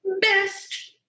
best